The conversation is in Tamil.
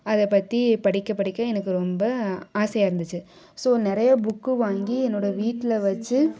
அதைப் பற்றி படிக்க படிக்க எனக்கு ரொம்ப ஆசையாக இருந்துச்சு ஸோ நிறையா புக்கு வாங்கி என்னோடய வீட்டில் வச்சு